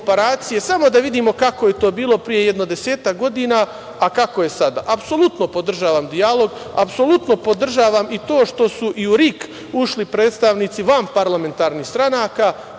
samo da vidimo kako je to bilo pre jedno desetak godina, a ko je sada. Apsolutno podržavam dijalog. Apsolutno podržavam i to što su i u RIK ušli predstavnici vanparlamentarnih stranaka.